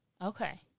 Okay